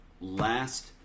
Last